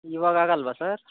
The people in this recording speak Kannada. ಇವಾಗ ಆಗಲ್ಲವಾ ಸರ್